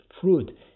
fruit